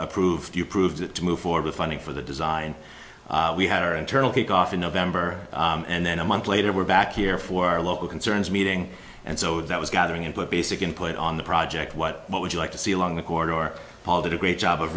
approved you proved it to move forward funding for the design we had our internal take off in november and then a month later we're back here for our local concerns meeting and so that was gathering input basic input on the project what what would you like to see along the corridor or paul did a great job of